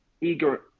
eager